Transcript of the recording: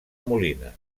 molina